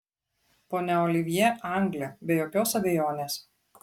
ponia olivjė anglė be jokios abejonės